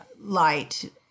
light